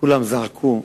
כולם זעקו,